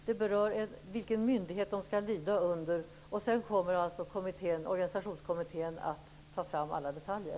Det berör vilken myndighet de skall lyda under. Sedan kommer alltså Organisationskommittén att ta fram alla detaljer.